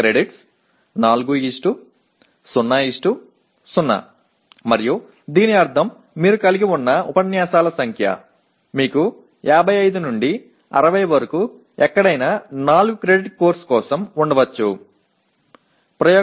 வரவு 4 0 0 மற்றும் இதன் பொருள் உங்களிடம் இருக்கும் விரிவுரைகளின் எண்ணிக்கை உங்களிடம் 55 முதல் 60 வரை உள்ளது கிட்டத்தட்ட 4 வரவு படிப்புக்கு நீங்கள் வைத்திருக்கலாம்